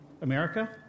America